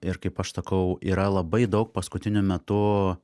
ir kaip aš sakau yra labai daug paskutiniu metu